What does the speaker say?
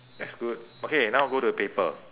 that's good okay now go to paper